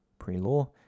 prelaw